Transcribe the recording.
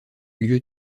lieu